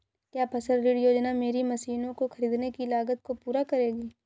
क्या फसल ऋण योजना मेरी मशीनों को ख़रीदने की लागत को पूरा करेगी?